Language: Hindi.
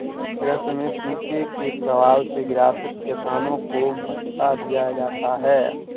कृषि में सूखे के प्रभाव से ग्रसित किसानों को भत्ता दिया जाता है